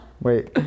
Wait